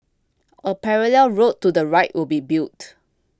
a parallel road to the right will be built